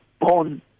born